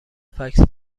فکس